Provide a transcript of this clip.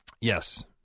yes